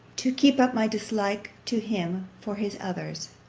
to keep up my dislike to him for his others.